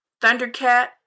Thundercat